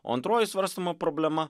o antroji svarstoma problema